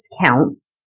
counts